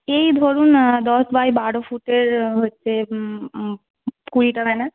এই ধরুন দশ বাই বারো ফুটের হচ্ছে কুড়িটা ব্যানার